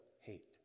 hate